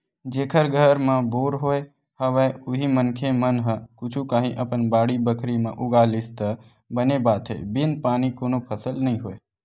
जेखर घर म बोर होय हवय उही मनखे मन ह कुछु काही अपन बाड़ी बखरी म उगा लिस त बने बात हे बिन पानी कोनो फसल नइ होय